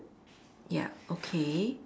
ya okay